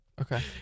Okay